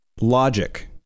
logic